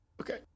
Okay